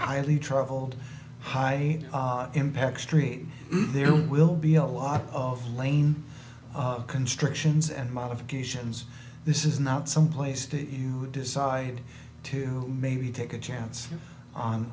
highly traveled high impact stream there will be a lot of lane constructions and modifications this is not some place to you to decide to maybe take a chance on